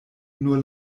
nur